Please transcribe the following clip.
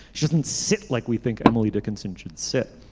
she doesn't sit like we think emily dickinson should sit